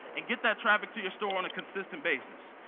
and get that traffic to your store on a consistent basis,